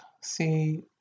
see